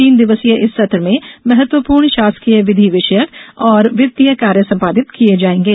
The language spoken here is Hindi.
तीन दिवसीय इस सत्र में महत्वपूर्ण शासकीय विधि विषयक एवं वित्तीय कार्य संपादित किये जायेंगे